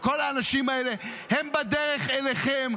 וכל האנשים האלה: הם בדרך אליכם,